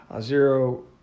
zero